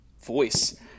voice